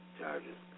charges